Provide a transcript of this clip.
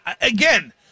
again